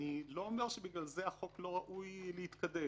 אני לא אומר שבגלל זה החוק לא ראוי להתקדם.